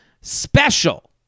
special